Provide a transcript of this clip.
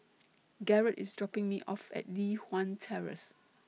Garrett IS dropping Me off At Li Hwan Terrace